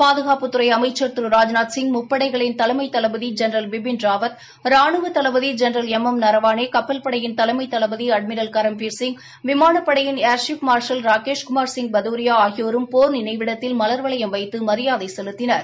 பாதுகாப்பத்துறை அமைச்ச் திரு ராஜ்நாத்சிங் முப்படைகளின் தலைமை தளபதி ஜெனரல் பிபின் ராவத் ரானுவ தளபதி ஜெனரல் எம் எம் நரவானே கப்பல்படையின் தலைமை தளபதி அட்மிரல் கரம்பீர் சிங் விமானப் படையின் ஏர்ஷீப் மார்ஷலர் ராகேஷ்குமார் சிங் பகதரியா ஆகியோரும் போர் நினைவிடத்தில் மலர்வளையம் வைத்து மரியாதை செலுத்தினர்